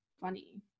funny